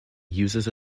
uses